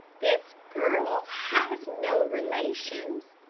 this girl has no relations,